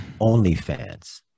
OnlyFans